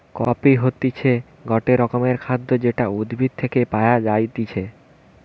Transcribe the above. coffee হতিছে গটে রকমের খাদ্য যেটা উদ্ভিদ থেকে পায়া যাইতেছে